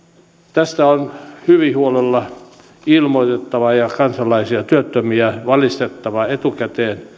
tästä on hyvin huolella ilmoitettava ja työttömiä kansalaisia valistettava etukäteen